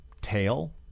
tail